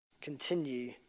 continue